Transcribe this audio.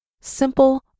Simple